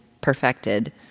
perfected